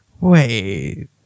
Wait